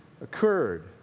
occurred